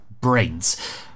brains